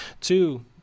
Two